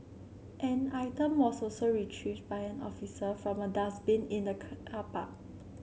an item was also retrieved by an officer from a dustbin in the park